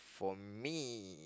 for me